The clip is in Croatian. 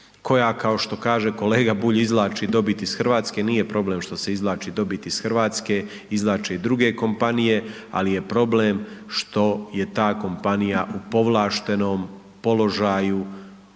koja kao što kaže, kolega Bulj, izvlači dobit iz Hrvatske. Nije problem što se izvlači dobit iz Hrvatske, izvlače i druge kompanije, ali je problem, što je ta kompanija u povlaštenom položaju u RH.